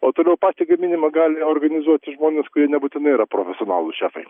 o toliau patį gaminimą gali organizuoti žmonės kurie nebūtinai yra profesionalūs šefai